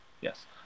Yes